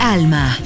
Alma